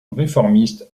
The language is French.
réformiste